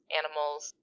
animals